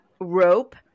rope